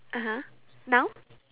(uh huh) now